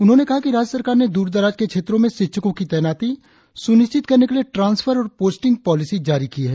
उन्होंने कहा कि राज्य सरकार ने दूर दराज के क्षेत्रों में शिक्षकों की तैनाती सुनिश्चित करने के लिए ट्रांसपर और पोस्टिंग पॉलिसी जारी की है